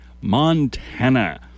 Montana